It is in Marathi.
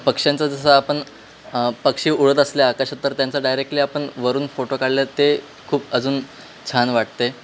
पक्ष्यांचं जसं आपण पक्षी उडत असले आकाशात तर त्यांचा डायरेक्टली आपण वरून फोटो काढले ते खूप अजून छान वाटते